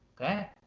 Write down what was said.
Okay